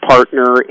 partner